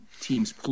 teams